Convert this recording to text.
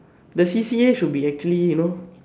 the C_C_A should be actually you know